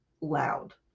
loud